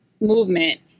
movement